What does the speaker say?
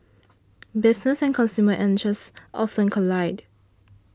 business and consumer interests often collide